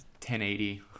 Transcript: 1080